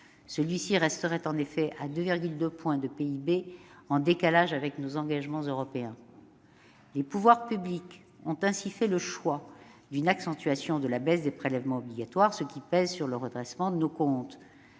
Celui-ci resterait en effet à 2,2 points de PIB, en décalage avec nos engagements européens. Les pouvoirs publics ont ainsi fait le choix d'une accentuation de la baisse des prélèvements obligatoires, ce qui pèse sur le redressement de nos comptes.